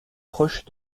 proche